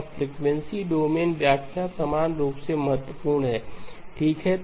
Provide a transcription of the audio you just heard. अब frequency domain व्याख्या समान रूप से महत्वपूर्ण है ठीक है